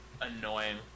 Annoying